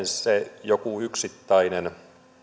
se joku yksittäinen